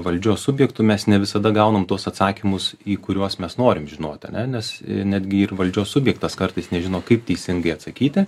valdžios subjektu mes ne visada gauname tuos atsakymus į kuriuos mes norime žinoti ane nes netgi ir valdžios subjektas kartais nežino kaip teisingai atsakyti